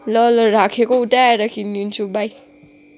ल ल राखेको उतै आएर किनिदिन्छु बाई